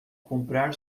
comprar